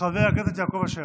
חבר הכנסת יעקב אשר,